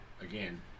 Again